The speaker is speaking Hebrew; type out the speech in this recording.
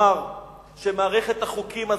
שמערכת החוקים הזאת,